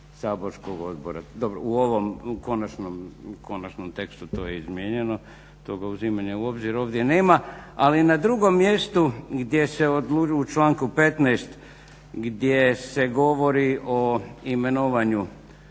saborskog odbora. Dobro u ovom konačnom tekstu to je izmijenjeno, toga uzimanja u obzir ovdje nema, ali na drugom mjestu gdje se odlučuje u članku 15. gdje se govori o imenovanju